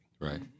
right